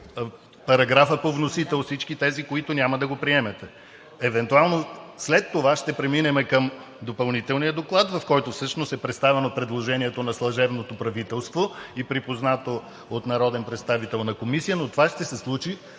параграфа по вносител, всички тези, които няма да го приемете. Евентуално след това ще преминем към допълнителния доклад, в който е представено предложението на служебното правителство и припознато от народен представител на Комисия, но това ще се случи,